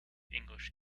english